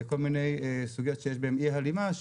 כל מיני סוגיות שיש בהן אי הלימה,